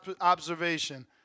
observation